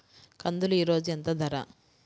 కందులు ఈరోజు ఎంత ధర?